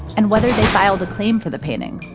and whether they filed a claim for the painting.